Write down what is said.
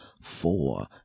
four